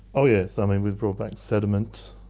oh yes, um and we've brought back sediment,